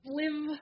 live